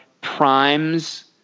primes